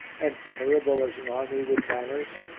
and terrible as an army with banners?